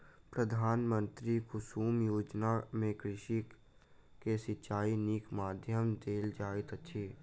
प्रधानमंत्री कुसुम योजना में कृषक के सिचाई के नीक माध्यम देल जाइत अछि